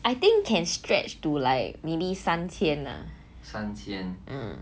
I think can stretch to like maybe 三千